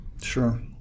Sure